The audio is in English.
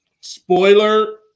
Spoiler